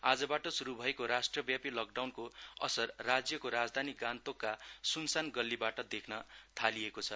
आजबाट शुरु भएको राष्ट्रव्यापि लकडाउनको असर राज्यको राजधानि गान्तोकका सुनसान गल्लीबाट देख्न थालिएको छ